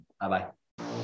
Bye-bye